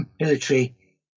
military